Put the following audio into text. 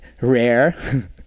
rare